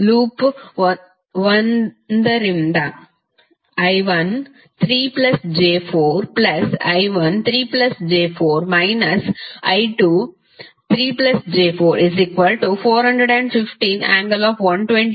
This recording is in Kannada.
ಲೂಪ್ 1 ರಿಂದ I13 j4 I13 j4 − I23 j4 415∠120◦ i